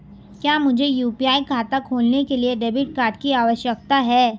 क्या मुझे यू.पी.आई खाता खोलने के लिए डेबिट कार्ड की आवश्यकता है?